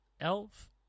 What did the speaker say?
Elf